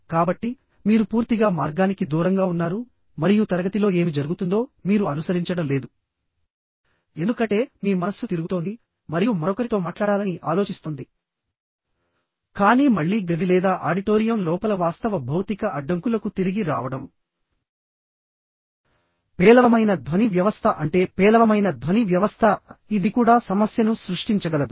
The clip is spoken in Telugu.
కాబట్టి మీరు పూర్తిగా మార్గానికి దూరంగా ఉన్నారు మరియు తరగతిలో ఏమి జరుగుతుందో మీరు అనుసరించడం లేదు ఎందుకంటే మీ మనస్సు తిరుగుతోంది మరియు మరొకరితో మాట్లాడాలని ఆలోచిస్తోంది కానీ మళ్ళీ గది లేదా ఆడిటోరియం లోపల వాస్తవ భౌతిక అడ్డంకులకు తిరిగి రావడం పేలవమైన ధ్వని వ్యవస్థ అంటే పేలవమైన ధ్వని వ్యవస్థ ఇది కూడా సమస్యను సృష్టించగలదు